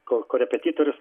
kol korepetitorius